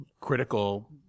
critical